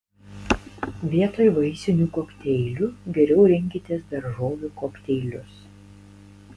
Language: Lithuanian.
vietoj vaisinių kokteilių geriau rinkitės daržovių kokteilius